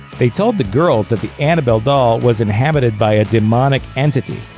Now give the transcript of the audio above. they told the girls that the annabelle doll was inhabited by a demonic entity,